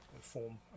form